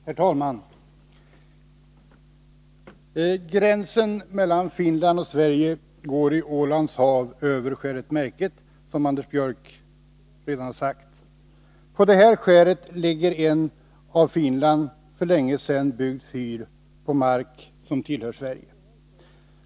Herr talman! Gränsen mellan Finland och Sverige går i Ålands hav över skäret Märket, som Anders Björck redan sagt. På det här skäret ligger en av Finland för länge sedan byggd fyr på mark som tillhör Sverige.